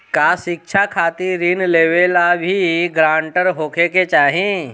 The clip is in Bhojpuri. का शिक्षा खातिर ऋण लेवेला भी ग्रानटर होखे के चाही?